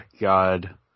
God